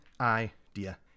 idea